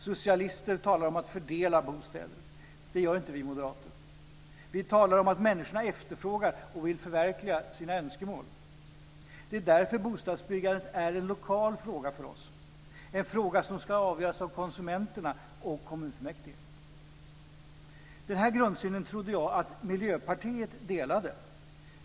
Socialister talar om att fördela bostäder. Det gör inte vi moderater. Vi talar om att människorna efterfrågar och vill förverkliga sina önskemål. Det är därför bostadsbyggandet är en lokal fråga för oss - en fråga som ska avgöras av konsumenterna och kommunfullmäktige. Denna grundsyn trodde jag att Miljöpartiet delade.